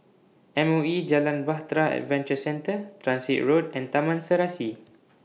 M O E Jalan Bahtera Adventure Centre Transit Road and Taman Serasi